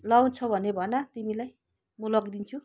लाउछौँ भने भन तिमीलाई म लगिदिन्छु